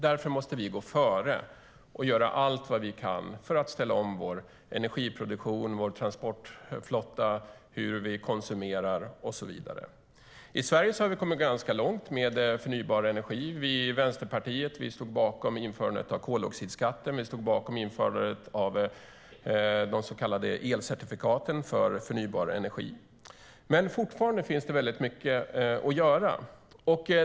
Därför måste vi gå före och göra allt vad vi kan för att ställa om vår energiproduktion, vår transportflotta, vårt sätt att konsumera och så vidare. I Sverige har vi kommit ganska långt med förnybar energi. Vi i Vänsterpartiet stod bakom införandet av koldioxidskatten, och vi stod bakom införandet av de så kallade elcertifikaten för förnybar energi. Men fortfarande finns det väldigt mycket att göra.